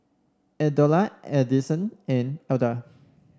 Aldona Adyson and Alda